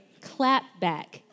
clapback